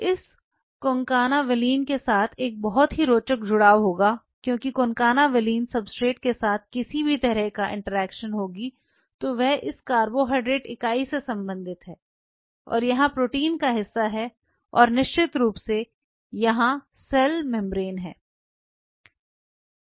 इस concanavalin के साथ एक बहुत ही रोचक जुड़ाव होगा क्योंकि कोनकाना वेलिन सब्सट्रेट के साथ किसी भी तरह की इंटरेक्शन होगी तो वह इस कार्बोहाइड्रेट इकाई से संबंधित है और यहां प्रोटीन का हिस्सा है और निश्चित रूप से यहां सेल मेम्ब्रेन है